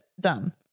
done